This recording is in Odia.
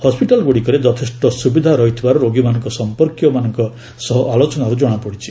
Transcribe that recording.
ହସ୍କିଟାଲଗୁଡ଼ିକରେ ଯଥେଷ୍ଟ ସୁବିଧା ରହିଥିବାର ରୋଗୀମାନଙ୍କ ସମ୍ପର୍କୀୟମାନଙ୍କ ସହ ଆଲୋଚନାରୁ ଜଣାପଡ଼ିଛି